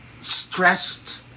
stressed